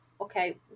okay